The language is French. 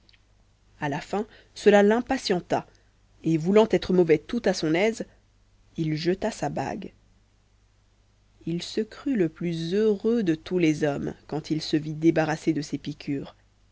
à la fin cela l'impatienta et voulant être mauvais tout à son aise il jeta sa bague il se crut le plus heureux de tous les hommes quand il se fut débarrassé de ses piqûres